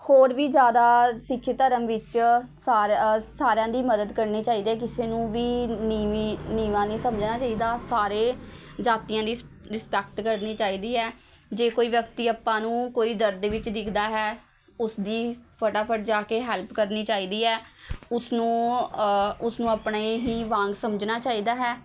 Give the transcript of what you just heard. ਹੋਰ ਵੀ ਜ਼ਿਆਦਾ ਸਿੱਖ ਧਰਮ ਵਿੱਚ ਸਾਰ ਸਾਰਿਆਂ ਦੀ ਮਦਦ ਕਰਨੀ ਚਾਹੀਦੀ ਹੈ ਕਿਸੇ ਨੂੰ ਵੀ ਨੀਵੀਂ ਨੀਵਾਂ ਨਹੀਂ ਸਮਝਣਾ ਚਾਹੀਦਾ ਸਾਰੇ ਜਾਤੀਆਂ ਦੀ ਸ ਰਿਸਪੈਕਟ ਕਰਨੀ ਚਾਹੀਦੀ ਹੈ ਜੇ ਕੋਈ ਵਿਅਕਤੀ ਆਪਾਂ ਨੂੰ ਕੋਈ ਦਰਦ ਵਿੱਚ ਦਿਖਦਾ ਹੈ ਉਸਦੀ ਫਟਾਫਟ ਜਾ ਕੇ ਹੈਲਪ ਕਰਨੀ ਚਾਹੀਦੀ ਹੈ ਉਸਨੂੰ ਉਸਨੂੰ ਆਪਣੇ ਹੀ ਵਾਂਗ ਸਮਝਣਾ ਚਾਹੀਦਾ ਹੈ